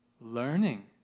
learning